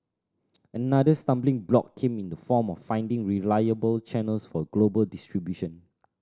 another stumbling block came in the form of finding reliable channels for global distribution